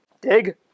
Dig